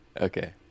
Okay